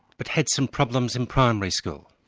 but had some problems in primary school.